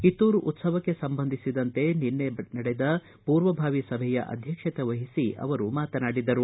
ಕಿತ್ತೂರು ಉತ್ಸವಕ್ಕೆ ಸಂಬಂಧಿಸಿದಂತೆ ನಿನ್ನೆ ನಡೆದ ಪೂರ್ವಭಾವಿ ಸಭೆಯ ಅಧ್ಯಕ್ಷತೆ ವಹಿಸಿ ಅವರು ಮಾತನಾಡಿದರು